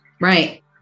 Right